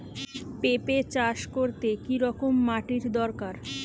পেঁপে চাষ করতে কি রকম মাটির দরকার?